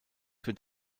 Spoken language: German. wird